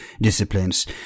disciplines